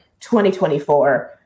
2024